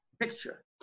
picture